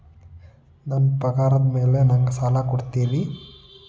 ನನ್ನ ಪಗಾರದ್ ಮೇಲೆ ನಂಗ ಸಾಲ ಕೊಡ್ತೇರಿ?